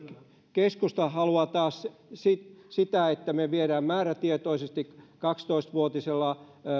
keskusta taas haluaa sitä että me viemme määrätietoisesti kaksitoista vuotisella